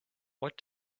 what